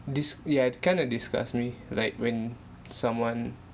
this ya it kind of disgust me like when someone